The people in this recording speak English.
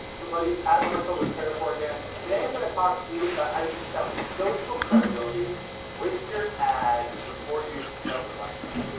everybody, adam arkfeld with paracore again. today i'm gonna talk to you about how you can establish social credibility with your ads, before you even start running them.